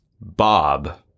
Bob